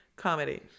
comedy